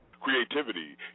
Creativity